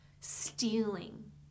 stealing